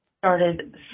started